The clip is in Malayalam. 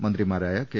മന്ത്രിമാരായ കെ